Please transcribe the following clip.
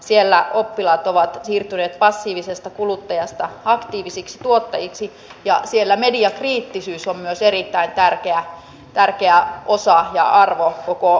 siellä oppilaat ovat siirtyneet passiivisesta kuluttajasta aktiivisiksi tuottajiksi ja siellä mediakriittisyys on myös erittäin tärkeä arvo ja osa koko koulutyötä